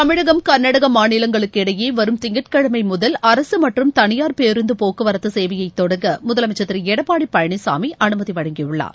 தமிழகம் கர்நாடகா மாநிலங்களுக்கு இடையே வரும் திங்கட்கிழமை முதல்அரசு மற்றும் தனியார் பேருந்து போக்குவரத்து சேவையைத் தொடங்க முதலமைச்சர் திரு எடப்பாடி பழனிசாமி அனுமதி வழங்கியுள்ளார்